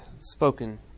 spoken